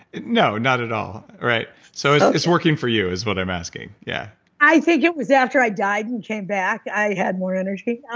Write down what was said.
no, not at all. so it's it's working for you is what i'm asking yeah i think it was after i died and came back i had more energy. yeah